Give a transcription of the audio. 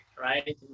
right